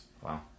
Wow